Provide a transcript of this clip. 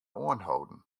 oanholden